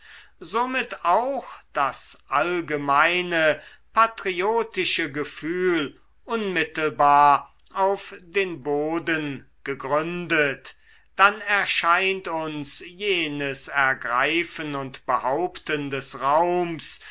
somit auch das allgemeine patriotische gefühl unmittelbar auf den boden gegründet dann erscheint uns jenes ergreifen und behaupten des raums